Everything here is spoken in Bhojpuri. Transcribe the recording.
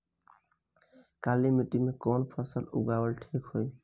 काली मिट्टी में कवन फसल उगावल ठीक होई?